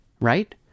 right